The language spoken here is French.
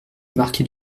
marquer